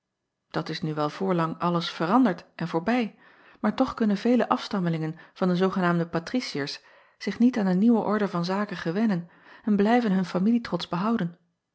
at is nu wel voorlang alles veranderd en voorbij maar toch kunnen vele afstammelingen van de zoogenaamde atriciërs zich niet aan de nieuwe orde van zaken gewennen en blijven hun familietrots behouden